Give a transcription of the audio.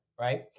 right